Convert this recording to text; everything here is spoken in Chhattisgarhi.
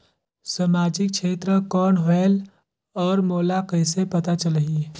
समाजिक क्षेत्र कौन होएल? और मोला कइसे पता चलही?